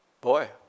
boy